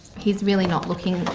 he's really not looking,